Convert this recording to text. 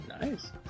Nice